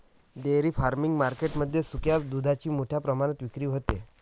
dairy farming market मध्ये सुक्या दुधाची मोठ्या प्रमाणात विक्री होते